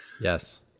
yes